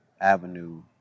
avenue